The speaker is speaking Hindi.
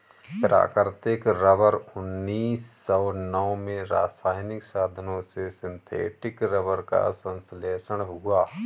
प्राकृतिक रबर उन्नीस सौ नौ में रासायनिक साधनों से सिंथेटिक रबर का संश्लेषण हुआ